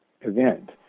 event